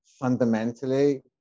fundamentally